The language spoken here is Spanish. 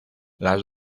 las